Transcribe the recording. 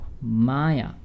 maya